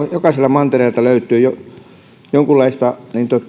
jokaiselta mantereelta löytyy jonkunlaisia